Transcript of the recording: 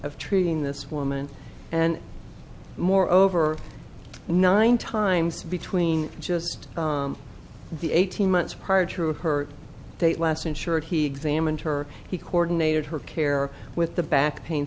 of treating this woman and more over nine times between just the eighteen months prior to her date last ensured he examined her he coordinated her care with the back pain